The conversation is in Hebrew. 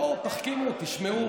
בואו, תחכימו, תשמעו.